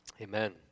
Amen